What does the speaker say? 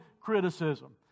criticism